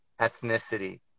ethnicity